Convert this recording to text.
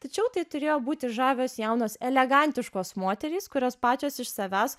tačiau tai turėjo būti žavios jaunos elegantiškos moterys kurios pačios iš savęs